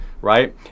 Right